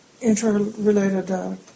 interrelated